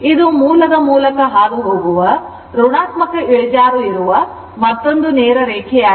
ಇದು ಮೂಲದ ಮೂಲಕ ಹಾದುಹೋಗುವ ಋಣಾತ್ಮಕ ಇಳಿಜಾರು ಇರುವ ಮತ್ತೊಂದು ನೇರ ರೇಖೆಯಾಗಿದೆ